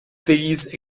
these